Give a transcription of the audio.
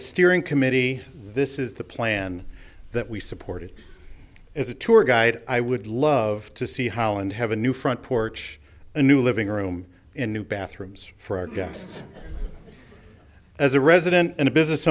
a steering committee this is the plan that we supported as a tour guide i would love to see holland have a new front porch a new living room in new bathrooms for our guests as a resident and a business